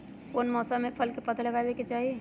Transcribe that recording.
कौन मौसम में फल के पौधा लगाबे के चाहि?